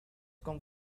come